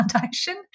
Foundation